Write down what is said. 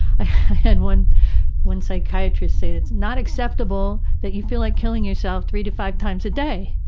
i had one one psychiatrist say, it's not acceptable that you feel like killing yourself three to five times a day.